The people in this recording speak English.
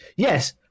Yes